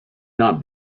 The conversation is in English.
not